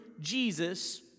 Jesus